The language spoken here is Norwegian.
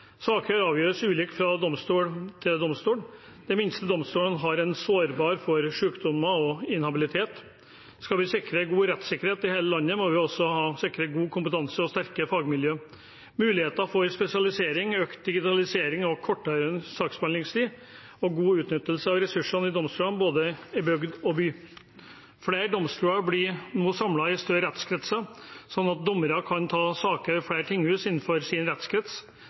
Saker avgjøres ulikt fra domstol til domstol. De minste domstolene er sårbare for sykdom og inhabilitet. Skal vi sikre god rettssikkerhet i hele landet, må vi altså sikre god kompetanse og sterke fagmiljøer, mulighet for spesialisering, økt digitalisering, kortere saksbehandlingstid og god utnyttelse av ressursene i domstolene i både bygd og by. Flere domstoler blir nå samlet i større rettskretser, slik at dommere kan ta saker i flere tinghus innenfor sin